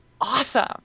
awesome